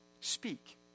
speak